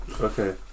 Okay